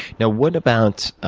now, what about